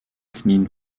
knien